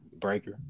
Breaker